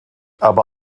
aber